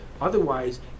Otherwise